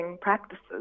practices